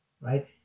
right